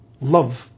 love